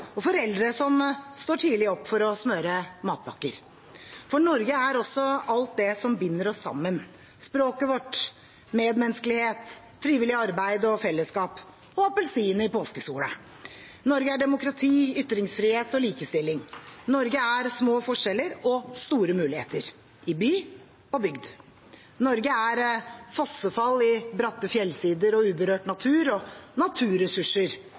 og foreldre som står tidlig opp for å smøre matpakker. For Norge er også alt det som binder oss sammen: språket vårt, medmenneskelighet, frivillig arbeid og fellesskap – og appelsin i påskesola. Norge er demokrati, ytringsfrihet og likestilling. Norge er små forskjeller og store muligheter – i by og bygd. Norge er fossefall i bratte fjellsider, uberørt natur og naturressurser.